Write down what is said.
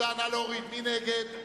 מי נגד?